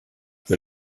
que